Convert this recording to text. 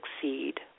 Succeed